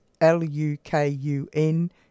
L-U-K-U-N